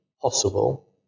possible